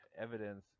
evidence